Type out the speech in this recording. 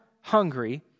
hungry